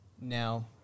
Now